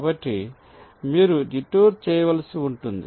కాబట్టి మీరు డిటూర్ చేయవలసి ఉంటుంది